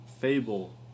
Fable